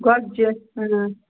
گۄگجہِ